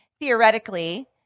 theoretically